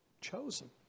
chosen